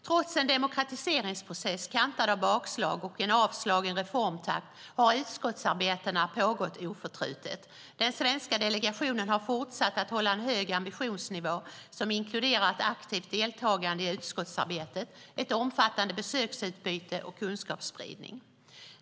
Trots en demokratiseringsprocess kantad av bakslag och en avslagen reformtakt har utskottsarbetet pågått oförtrutet. Den svenska delegationen har fortsatt att hålla en hög ambitionsnivå som inkluderat ett aktivt deltagande i utskottsarbetet, ett omfattande besöksutbyte och kunskapsspridning.